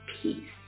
peace